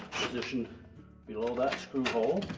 positioned below that screw hole,